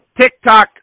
TikTok